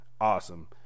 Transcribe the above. awesome